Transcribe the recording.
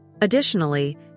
Additionally